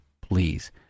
please